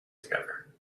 together